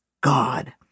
God